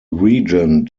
regent